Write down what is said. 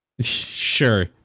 Sure